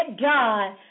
God